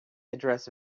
address